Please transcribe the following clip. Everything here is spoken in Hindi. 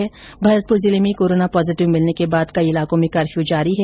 वहीं भरतपुर जिले में कोरोना पॉजिटिव मिलने के बाद कई ईलाकों में कर्फ्य जारी है